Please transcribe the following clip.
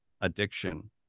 addiction